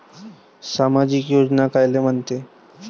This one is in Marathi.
सामाजिक योजना कायले म्हंते?